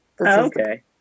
Okay